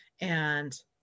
And-